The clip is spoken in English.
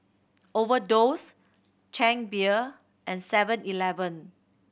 Overdose Chang Beer and Seven Eleven